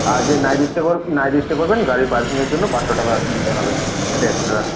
আর যে night stay night stay করবেন গাড়ির পার্কিংয়ের জন্য পাঁচশো টাকা দিতে হবে সেটা এক্সট্রা